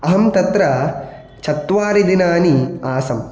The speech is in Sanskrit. अहं तत्र चत्वारिदिनानि आसम्